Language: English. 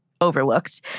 overlooked